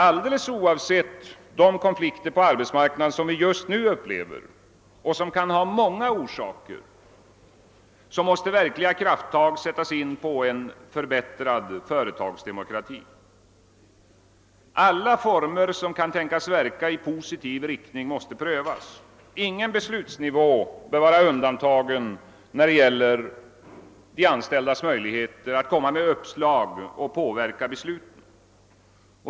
Alldeles oavsett de konflikter på arbetsmarknaden som vi just nu upplever och som kan ha många orsaker måste verkliga krafttag sättas in för en förbättrad företagsdemokrati. Alla former som kan tänkas verka i positiv riktning måste prövas. Ingen beslutsnivå bör vara undantagen när det gäller de anställdas möjligheter att komma med uppslag och påverka besluten.